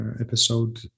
episode